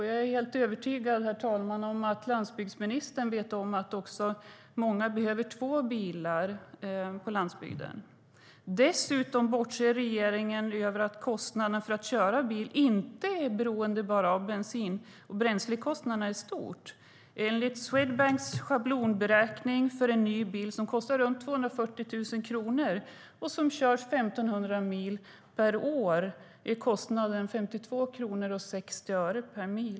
Jag är helt övertygad om att landsbygdsministern också vet om att många behöver två bilar. Dessutom bortser regeringen från att kostnaderna för att köra bil inte bara är beroende av bensin och bränslekostnader i stort. Enligt Swedbanks schablonberäkning för en ny bil som kostar 240 000 kronor och som körs 1 500 mil per år är kostnaden per körd mil 52,60 kronor.